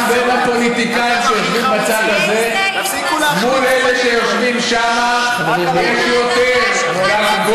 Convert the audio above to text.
גם בין הפוליטיקאים שיושבים בצד הזה מול אלה שיושבים שם יש יותר דרגות,